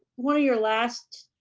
one of your last